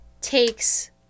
takes